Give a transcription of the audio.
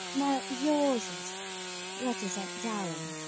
now yours is reticent, darling.